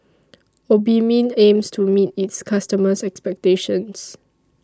Obimin aims to meet its customers' expectations